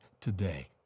today